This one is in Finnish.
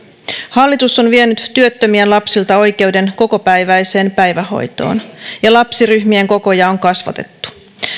hallitus on vienyt työttömien lapsilta oikeuden kokopäiväiseen päivähoitoon ja lapsiryhmien kokoja on kasvatettu